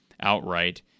outright